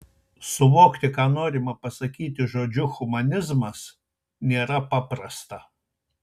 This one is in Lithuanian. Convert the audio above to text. suvokti ką norima pasakyti žodžiu humanizmas nėra paprasta